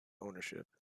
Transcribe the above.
ownership